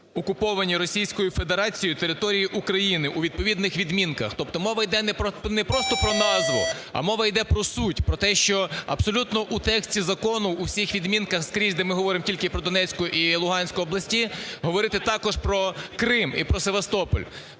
окуповані Російською Федерацією території України" у відповідних відмінках. Тобто мова йде не просто про назву, а мова йде про суть, про те, що абсолютно у тексті закону у всіх відмінках, де ми говоримо про Донецьку і Луганську області, говорити також про Крим і про Севастополь.